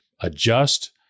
adjust